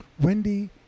Wendy